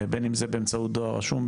בין אם זה באמצעי דואר רשום,